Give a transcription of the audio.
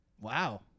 Wow